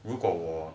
如果我